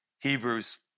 Hebrews